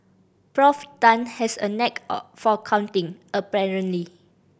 Prof Tan has a knack for counting apparently